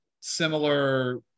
similar –